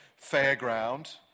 fairground